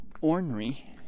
ornery